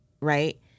right